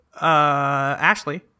Ashley